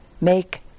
make